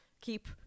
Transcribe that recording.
Keep